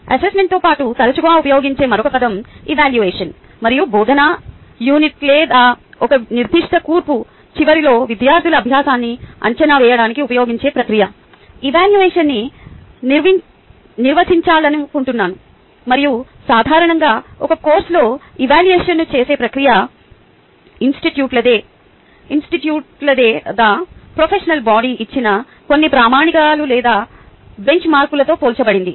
అసెస్మెంట్తో పాటు తరచుగా ఉపయోగించే మరొక పదం ఎవాల్యువషన్ మరియు బోధనా యూనిట్ లేదా ఒక నిర్దిష్ట కోర్సు చివరిలో విద్యార్థుల అభ్యాసాన్ని అంచనా వేయడానికి ఉపయోగించే ప్రక్రియగా ఎవాల్యువషన్న్ని నిర్వచించాలనుకుంటున్నాను మరియు సాధారణంగా ఒక కోర్సులో ఎవాల్యువషన్ చేసే ప్రక్రియ ఇన్స్టిట్యూట్ లేదా ప్రొఫెషనల్ బాడీ ఇచ్చిన కొన్ని ప్రామాణిక లేదా బెంచ్ మార్కుతో పోల్చబడుతుంది